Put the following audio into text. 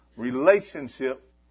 Relationship